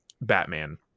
Batman